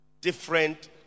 different